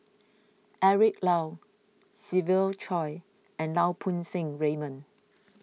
Eric Low Siva Choy and Lau Poo Seng Raymond